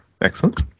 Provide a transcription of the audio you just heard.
Excellent